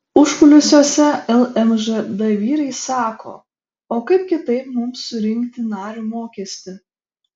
užkulisiuose lmžd vyrai sako o kaip kitaip mums surinkti nario mokestį